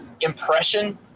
Impression